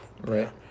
right